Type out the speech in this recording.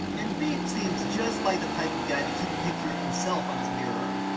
and beef seems just like the type of guy to keep a picture of himself on his mirror.